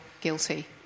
guilty